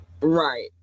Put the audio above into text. Right